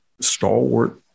stalwart